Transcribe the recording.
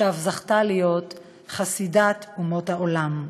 שאף זכתה להיות חסידת אומות העולם.